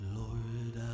lord